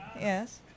yes